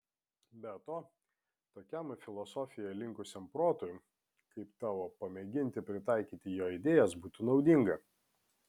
be to tokiam į filosofiją linkusiam protui kaip tavo pamėginti pritaikyti jo idėjas būtų naudinga